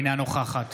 אינה נוכחת